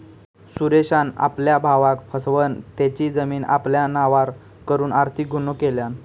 सुरेशान आपल्या भावाक फसवन तेची जमीन आपल्या नावार करून आर्थिक गुन्हो केल्यान